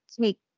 take